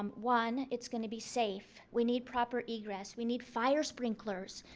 um one it's going to be safe. we need proper egress. we need fire sprinklers.